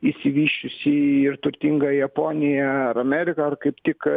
išsivysčiusi ir turtinga japonija ar amerika ar kaip tik